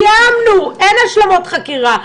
סיימנו, אין השלמות חקירה.